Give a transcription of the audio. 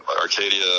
Arcadia